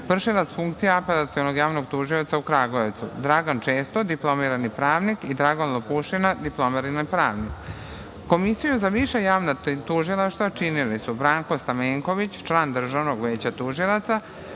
vršilac funkcije Apelacionog javnog tužioca u Kragujevcu, Dragan Često diplomirani pravnik i Dragan Lopušina diplomirani pravnik. Komisiju za viša javna tužilaštva činili su Branko Stamenković, član Državnog veća tužilaca,